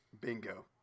bingo